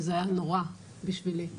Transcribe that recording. וזה היה נורא בשבילי,